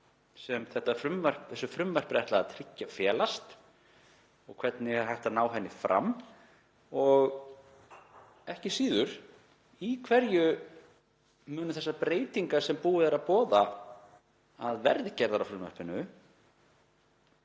sem þessu frumvarpi er ætlað að tryggja felast og hvernig er hægt að ná henni fram? Og ekki síður: Hvað munu þessar breytingar innifela sem búið er að boða að verði gerðar á frumvarpinu?